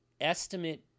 estimate